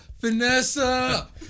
Vanessa